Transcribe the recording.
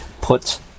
put